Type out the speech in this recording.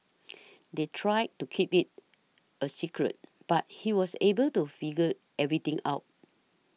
they tried to keep it a secret but he was able to figure everything out